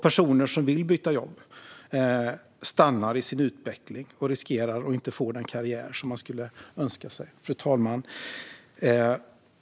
Personer som vill byta jobb stannar i sin utveckling och riskerar att inte få den karriär de önskar sig. Fru talman!